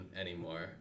anymore